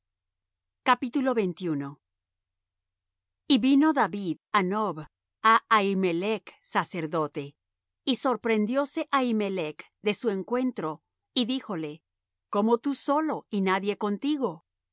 y vino david á nob á ahimelech sacerdote y sorprendióse ahimelech de su encuentro y díjole cómo tú solo y nadie contigo